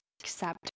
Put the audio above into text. accept